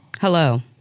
Hello